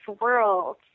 world